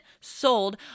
sold